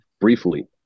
briefly